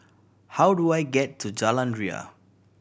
how do I get to Jalan Ria